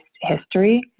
history